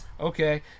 okay